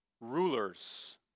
rulers